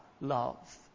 love